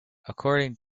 according